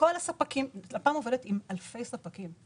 לכל הספקים לפ"מ עובדת עם אלפי ספקים.